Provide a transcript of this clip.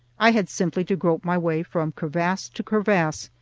i had simply to grope my way from crevasse to crevasse,